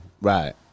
Right